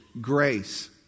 grace